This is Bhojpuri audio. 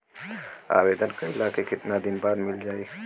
आवेदन कइला के कितना दिन बाद मिल जाई?